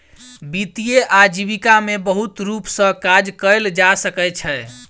वित्तीय आजीविका में बहुत रूप सॅ काज कयल जा सकै छै